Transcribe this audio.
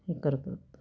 हे करतो